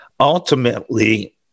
Ultimately